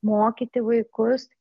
mokyti vaikus